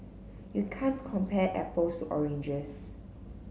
you can't compare apples to oranges